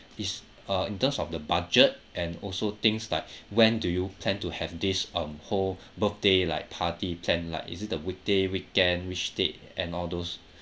is uh in terms of the budget and also things like when do you plan to have this um whole birthday like party plan like is it the weekday weekend which date and all those